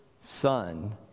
son